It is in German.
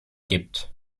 gibt